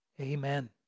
Amen